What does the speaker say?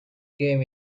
came